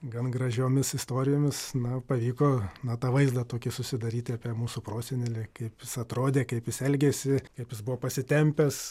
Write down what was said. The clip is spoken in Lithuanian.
gan gražiomis istorijomis na pavyko na tą vaizdą tokį susidaryti apie mūsų prosenelį kaip jis atrodė kaip jis elgėsi kaip jis buvo pasitempęs